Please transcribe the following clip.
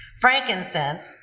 Frankincense